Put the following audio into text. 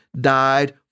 died